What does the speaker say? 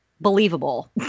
believable